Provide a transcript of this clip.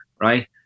right